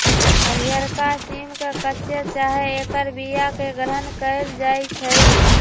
हरियरका सिम के कच्चे चाहे ऐकर बियाके ग्रहण कएल जाइ छइ